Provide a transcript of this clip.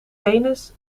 venus